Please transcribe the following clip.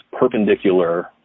perpendicular